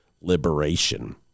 liberation